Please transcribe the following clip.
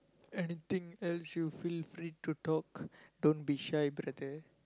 anything else you feel free to talk don't be shy brother